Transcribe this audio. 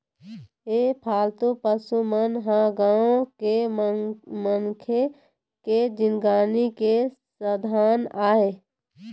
ए पालतू पशु मन ह गाँव के मनखे के जिनगी के साधन आय